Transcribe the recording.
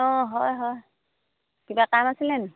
অঁ হয় হয় কিবা কাম আছিলে নেকি